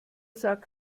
sagt